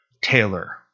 Taylor